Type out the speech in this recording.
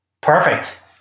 Perfect